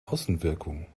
außenwirkung